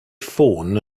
ffôn